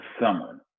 summer